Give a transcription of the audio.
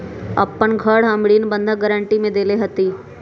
अपन घर हम ऋण बंधक गरान्टी में देले हती